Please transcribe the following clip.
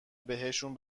بهشون